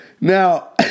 Now